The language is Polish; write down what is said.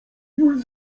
już